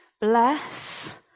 Bless